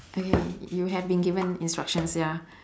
okay you have been given instructions ya